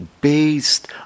based